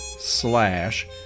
Slash